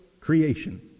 creation